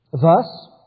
Thus